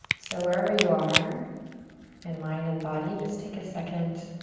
so wherever you are in mind and body just take a second